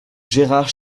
gérard